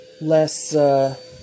less